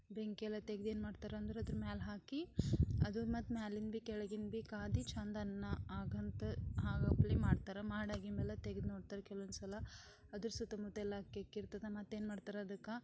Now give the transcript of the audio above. ಬೆಂಕಿ ಎಲ್ಲ ತೆಗ್ದು ಏನ್ಮಾಡ್ತಾರೆಂದ್ರೆ ಅದ್ರ ಮ್ಯಾಲ ಹಾಕಿ ಅದನ್ನ ಮತ್ತು ಮ್ಯಾಲಿಂದ ಭೀ ಕೆಳಗಿಂದ ಭೀ ಖಾದಿ ಚೆಂದ ಅನ್ನ ಹಾಗಂತ ಆಗಪ್ಲೇ ಮಾಡ್ತಾರೆ ಮಾಡಾಗಿದ್ದು ಮ್ಯಾಲ ತೆಗದು ನೋಡ್ತಾರೆ ಕೆಲವೊಂದ್ಸಲ ಅದರ ಸುತ್ತಮುತ್ತ ಎಲ್ಲ ಕೆಕ್ಕಿರ್ತದ ಮತ್ತು ಏನ್ಮಾಡ್ತಾರೆ ಅದಕ್ಕೆ